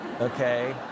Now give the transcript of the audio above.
Okay